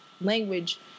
language